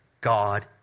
God